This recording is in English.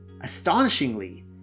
Astonishingly